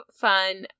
fun